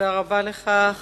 תודה רבה לך.